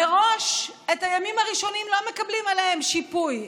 מראש על הימים הראשונים לא מקבלים שיפוי.